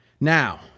Now